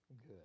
good